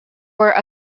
were